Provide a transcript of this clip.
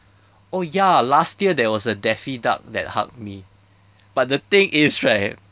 oh ya last year there was a daffy duck that hugged me but the thing is right